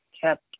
kept